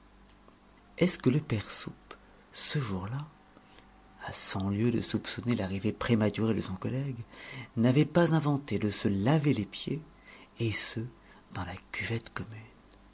est-ce que le père soupe ce jour-là à cent lieues de soupçonner l'arrivée prématurée de son collègue n'avait pas inventé de se laver les pieds et ce dans la cuvette